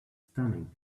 stunning